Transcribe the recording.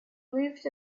moved